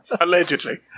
Allegedly